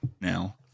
Now